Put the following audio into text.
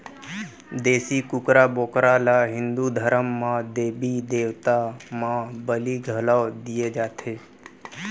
देसी कुकरा, बोकरा ल हिंदू धरम म देबी देवता म बली घलौ दिये जाथे